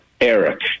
Eric